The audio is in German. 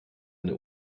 eine